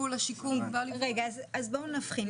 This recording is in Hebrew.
רגע אז בואו נבחין,